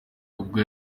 ubwo